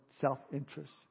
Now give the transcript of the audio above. self-interest